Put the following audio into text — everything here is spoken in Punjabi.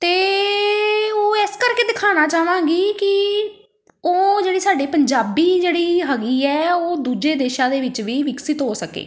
ਅਤੇ ਉਹ ਇਸ ਕਰਕੇ ਦਿਖਾਉਣਾ ਚਾਹਵਾਂਗੀ ਕਿ ਉਹ ਜਿਹੜੀ ਸਾਡੇ ਪੰਜਾਬੀ ਜਿਹੜੀ ਹੈਗੀ ਹੈ ਉਹ ਦੂਜੇ ਦੇਸ਼ਾਂ ਦੇ ਵਿੱਚ ਵੀ ਵਿਕਸਿਤ ਹੋ ਸਕੇ